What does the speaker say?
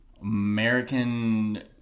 American